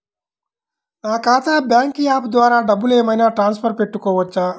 నా ఖాతా bank app ద్వారా డబ్బులు ఏమైనా ట్రాన్స్ఫర్ పెట్టుకోవచ్చా?